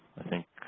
i think